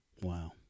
Wow